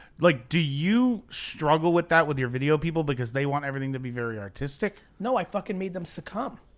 like do you struggle with that with your video people? because they want everything to be very artistic? no, i fuckin' made them succumb.